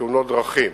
בתאונות הדרכים,